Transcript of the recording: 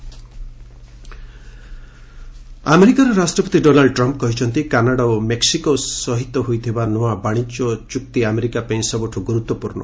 Canada US NAFTA ଆମେରିକାର ରାଷ୍ଟ୍ରପତି Donald Trump କହିଛନ୍ତି କାନାଡ଼ା ଓ ମେକ୍ୱିକୋ ସହିତ ହୋଇଥିବା ନୂଆ ବାଣିଜ୍ୟ ଚୁକ୍ତି ଆମେରିକାପାଇଁ ସବୁଠୁ ଗୁରୁତ୍ୱପୂର୍ଣ୍ଣ